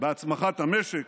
בהצמחת המשק,